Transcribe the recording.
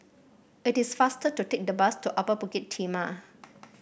it is faster to take the bus to Upper Bukit Timah